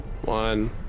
One